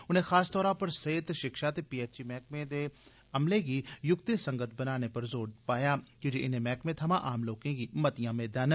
उनें खासतौरा पर सेह्त शिक्षा ते पीएचई मैह्कमे च अमले गी युक्तिसंगत बनाने पर जोर पाया कीजे इनें मैहकमें थमां आम लोकें गी मतियां मेदां न